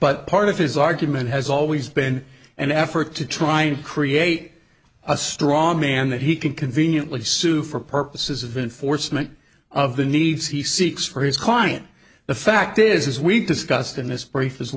but part of his argument has always been an effort to try and create a straw man that he can conveniently sue for purposes of inforce many of the needs he seeks for his client the fact is as we've discussed in this br